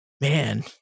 man